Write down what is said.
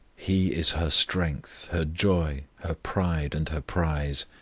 he is her strength, her joy, her pride, and her prize